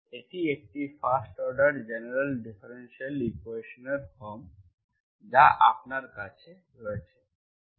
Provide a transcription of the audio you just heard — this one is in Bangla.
এটি একটি ফার্স্ট অর্ডার জেনারেল ডিফারেনশিয়াল ইকুয়েশনের ফর্ম যা আপনার কাছে রয়েছে